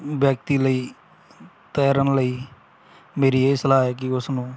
ਵਿਅਕਤੀ ਲਈ ਤੈਰਨ ਲਈ ਮੇਰੀ ਇਹ ਸਲਾਹ ਹੈ ਕਿ ਉਸਨੂੰ